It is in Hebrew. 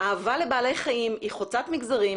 האהבה לבעלי החיים היא חוצת מגזרים,